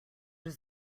does